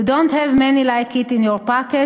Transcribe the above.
you don't have many like it in your pocket.